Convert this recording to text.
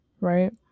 right